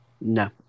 No